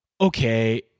okay